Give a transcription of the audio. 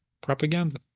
Propaganda